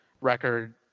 record